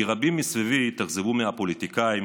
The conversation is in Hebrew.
כי רבים מסביבי התאכזבו מהפוליטיקאים,